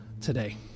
today